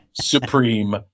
Supreme